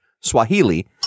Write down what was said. Swahili